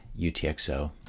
UTXO